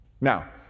Now